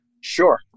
Sure